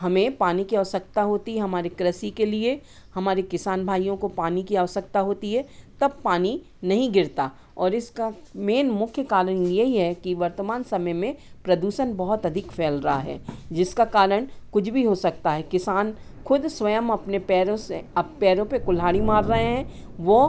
हमें पानी की आवश्यकता होती है हमारे कृषि के लिए हमारे किसान भाइयों को पानी की आवश्यकता होती है तब पानी नहीं गिरता और इसका मेन मुख्य कारण यही है कि वर्तमान समय में प्रदूषण बहुत अधिक फैल रहा है जिसका कारण कुछ भी हो सकता है किसान खुद स्वयं अपने पैरों से अब पैरों पे कुल्हाड़ी मार रहे हैं वो